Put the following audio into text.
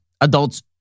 Adults